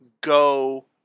go